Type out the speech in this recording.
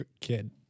kid